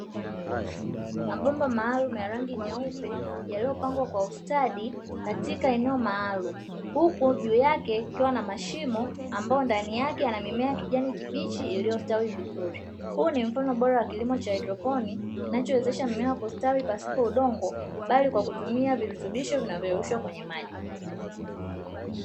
Mabomba maalumu ya rangi nyeupe yaliyopangwa kwa ustadi katika eneo maalumu, huku ndani yake yakiwa na mashimo ambayo ndani yake kuna mimea ya kijani kibichi iliyostawi vizuri, huu ni mfano bora wa kilimo cha haidroponi kinachowezesha mimea kustawi bila kutumia udongo bali kutumia virutubisho vilivyostawi kwenye maji.